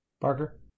Parker